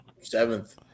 seventh